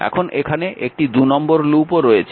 এখন এখানে একটি 2 নম্বর লুপও রয়েছে